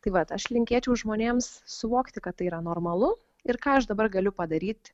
tai vat aš linkėčiau žmonėms suvokti kad tai yra normalu ir ką aš dabar galiu padaryt